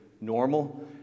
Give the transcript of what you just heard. normal